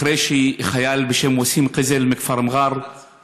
אחרי שחייל בשם וסים קיזל מכפר מר'אר